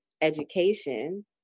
education